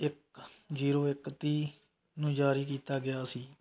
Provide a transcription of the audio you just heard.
ਇੱਕ ਜ਼ੀਰੋ ਇੱਕ ਤੀਹ ਨੂੰ ਜਾਰੀ ਕੀਤਾ ਗਿਆ ਸੀ